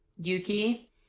yuki